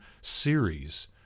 series